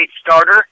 starter